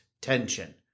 tension